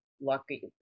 lucky